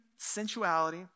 sensuality